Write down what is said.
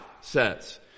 says